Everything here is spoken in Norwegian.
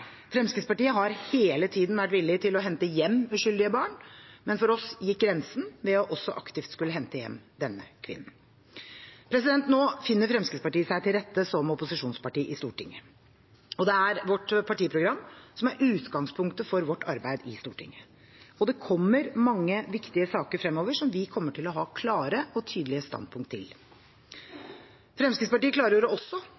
Fremskrittspartiet har hele tiden vært villig til å hente hjem uskyldige barn, men for oss gikk grensen ved også aktivt å skulle hente hjem denne kvinnen. Nå finner Fremskrittspartiet seg til rette som opposisjonsparti i Stortinget, og det er vårt partiprogram som er utgangspunktet for vårt arbeid i Stortinget. Det kommer mange viktige saker fremover som vi kommer til å ha klare og tydelige standpunkt til. Fremskrittspartiet klargjorde også